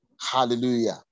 Hallelujah